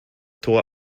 tor